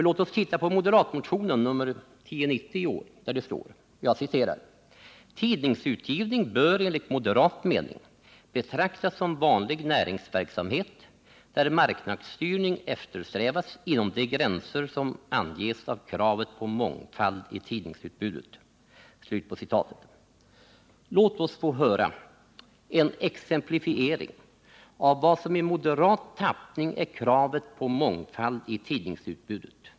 Låt oss titta på moderatmotionen 1978/79:1108, där det står: ”Tidningsutgivning bör enligt moderat mening betraktas som vanlig näringsverksamhet, där marknadsstyrning eftersträvas inom de gränser som anges av kravet på mångfald i tidningsutbudet.” Låt oss få höra en exemplifiering av vad som i moderat tappning är kravet på mångfald i tidningsutbudet.